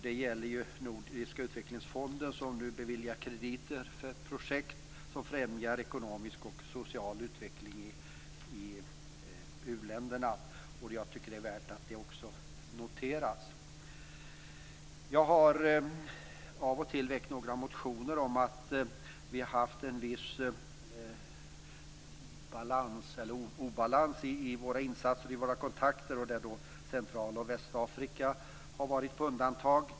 Det gäller Nordiska utvecklingsfonden, som nu beviljar krediter för projekt som främjar ekonomisk och social utveckling i uländerna. Jag tycker att det är värt att notera också det. Jag har av och till väckt några motioner om att vi har haft en viss obalans i våra insatser och i våra kontakter. Central och Västafrika har varit på undantag.